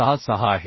66 आहे